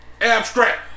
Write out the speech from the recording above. Abstract